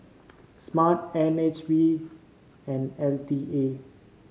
SMRT N H B and L T A